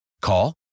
Call